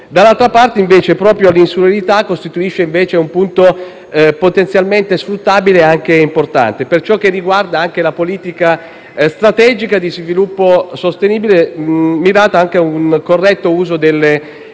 Dall'altra parte, invece, proprio l'insularità costituisce un punto potenzialmente sfruttabile, anche importante, per ciò che riguarda la politica strategica di sviluppo sostenibile mirato a un corretto uso delle risorse